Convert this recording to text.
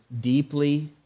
deeply